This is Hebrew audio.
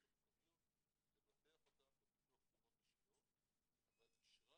המקומיות לבטח אותם בביטוח תאונות אישיות אבל אישרה